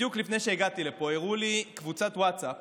בדיוק לפני שהגעתי לפה הראו לי קבוצת ווטסאפ